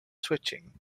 switching